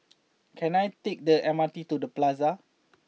can I take the M R T to The Plaza